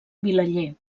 vilaller